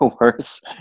worse